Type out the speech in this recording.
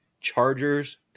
chargers